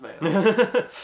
man